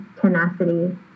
tenacity